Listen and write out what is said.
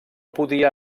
podia